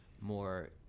more